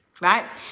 Right